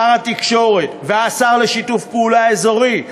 שר התקשורת והשר לשיתוף פעולה אזורי,